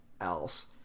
else